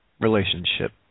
relationship